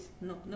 No